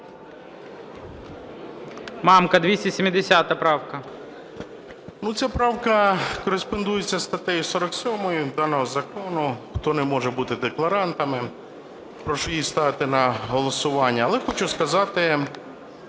Мамка, 270 правка.